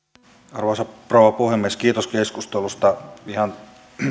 arvoisa rouva puhemies kiitos keskustelusta ihan